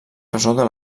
resoldre